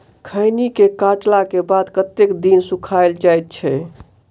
खैनी केँ काटला केँ बाद कतेक दिन सुखाइल जाय छैय?